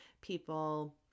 people